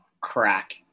crack